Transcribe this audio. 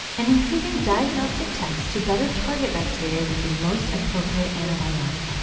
and improving diagnostic tests to better target bacteria with the most appropriate antibiotics.